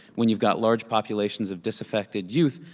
when you've got large populations of disaffected youth,